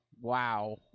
Wow